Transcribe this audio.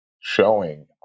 showing